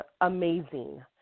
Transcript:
amazing